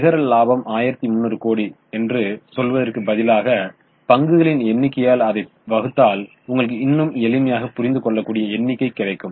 நிகர லாபம் 1300 கோடி என்று சொல்வதற்கு பதிலாக பங்குகளின் எண்ணிக்கையால் அதைப் வகுத்தால் உங்களுக்கு இன்னும் எளிமையாக புரிந்து கொள்ளக்கூடிய எண்ணிக்கை கிடைக்கும்